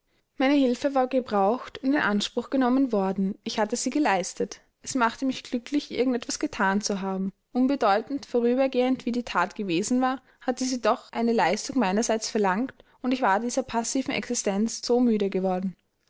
meine hilfe war gebraucht und in anspruch genommen worden ich hatte sie geleistet es machte mich glücklich irgend etwas gethan zu haben unbedeutend vorübergehend wie die that gewesen war hatte sie doch eine leistung meinerseits verlangt und ich war dieser passiven existenz so müde geworden